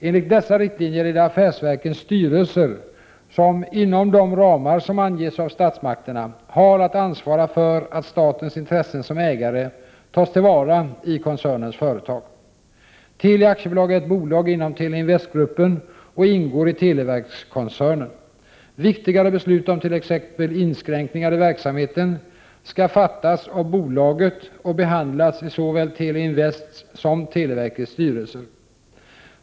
Enligt dessa riktlinjer är det affärsverkens styrelser som, inom de ramar som anges av statsmakterna, har att ansvara för att statens intressen som ägare tas till vara i koncernens företag. Teli AB är ett bolag inom Teleinvest-gruppen och ingår i televerkskoncernen. Viktigare beslut om t.ex. inskränkningar i verksamheten skall fattas av bolaget och behandlas i såväl Teleinvests som televerkets styrelse.